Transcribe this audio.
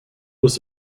was